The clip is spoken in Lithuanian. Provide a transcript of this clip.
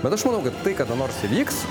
bet aš manau kad tai kada nors įvyks